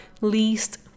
least